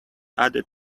added